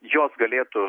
jos galėtų